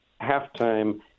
halftime